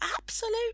absolute